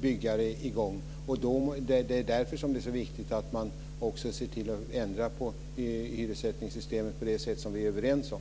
byggare i gång. Det är därför som det är så viktigt att man också ser till att ändra på hyressättningssystemet på det sätt som vi är överens om.